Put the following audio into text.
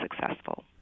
successful